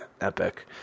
epic